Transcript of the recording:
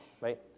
right